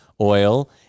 oil